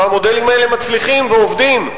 והמודלים האלה מצליחים ועובדים.